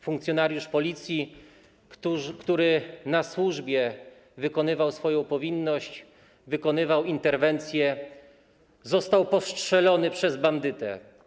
Funkcjonariusz Policji, który na służbie wykonywał swoją powinność, podejmował interwencję, został postrzelony przez bandytę.